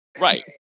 Right